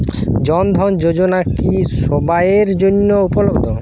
জন ধন যোজনা কি সবায়ের জন্য উপলব্ধ?